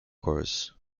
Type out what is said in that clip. course